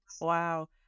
wow